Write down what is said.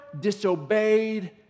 disobeyed